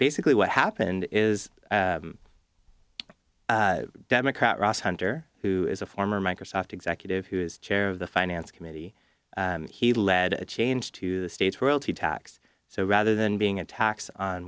basically what happened is democrat ross hunter who is a former microsoft executive who is chair of the finance committee he led a change to the state's royalty tax so rather than being a tax on